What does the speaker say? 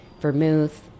Vermouth